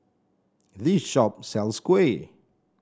this shop sells Kuih